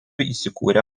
įsikūrę